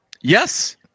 Yes